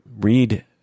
read